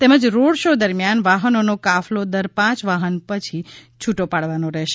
તેમજ road show દરમિયાન વાહનોનો કાફલો દર પાંચ વાહન પછી છૂટો પાડવાનો રહેશે